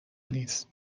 نیست